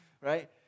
Right